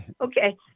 Okay